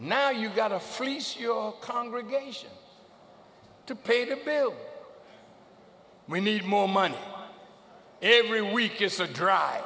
now you've got to freeze your congregation to pay the bill we need more money every week it's a dr